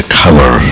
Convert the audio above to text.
cover